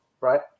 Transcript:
Right